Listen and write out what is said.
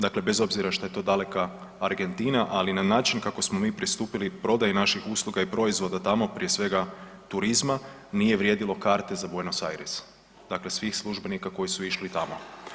Dakle, bez obzira što je to daleka Argentina, ali na način kako smo mi pristupili prodaji naših usluga i proizvoda tamo, prije svega turizma nije vrijedilo karte za Buenos Aires, dakle svih službenika koji su išli tamo.